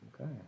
Okay